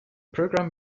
program